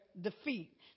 defeat